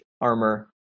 armor